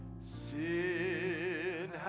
Sin